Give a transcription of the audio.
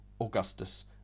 Augustus